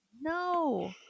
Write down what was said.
no